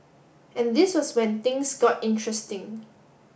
and this was when things got interesting